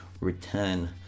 return